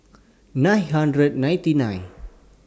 nine hundred ninety nine